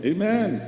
Amen